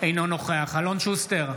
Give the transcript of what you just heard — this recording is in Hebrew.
אינו נוכח אלון שוסטר,